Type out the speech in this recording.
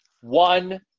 one